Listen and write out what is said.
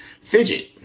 Fidget